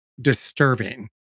disturbing